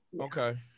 Okay